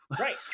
right